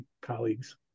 colleagues